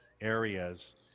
areas